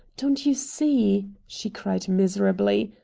don't you see, she cried miserably,